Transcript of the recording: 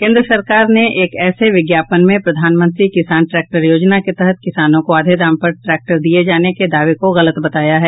केंद्र सरकार ने एक ऐसे विज्ञापन में प्रधानमंत्री किसान ट्रैक्टर योजना के तहत किसानों को आधे दाम पर ट्रैक्टर दिए जाने के दावे को गलत बताया है